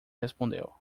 respondeu